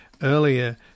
Earlier